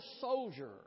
soldier